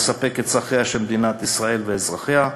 לספק את הצרכים של מדינת ישראל ואזרחיה,